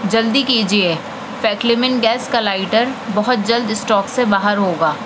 جلدی کیجیے فیکلمین گیس کا لائٹر بہت جلد اسٹاک سے باہر ہوگا